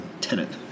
tenant